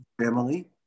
family